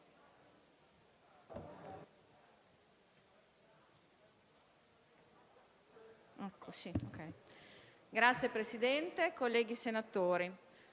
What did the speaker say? Signor Presidente, colleghi senatori,